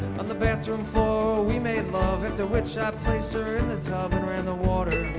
on the bathroom floor we made love after which i placed her in the tub and ran the water